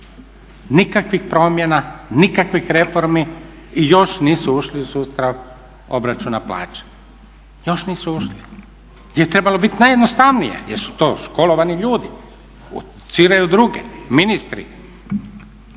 nikakvih promjena, nikakvih reformi i još nisu ušli u sustav obračuna plaća. Još nisu ušli, a gdje je trebalo biti najjednostavnije jer su to školovani ljudi koji educiraju druge. Ne, ni